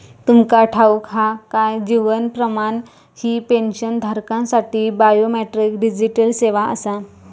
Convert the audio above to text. तुमका ठाऊक हा काय? जीवन प्रमाण ही पेन्शनधारकांसाठी बायोमेट्रिक डिजिटल सेवा आसा